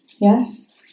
Yes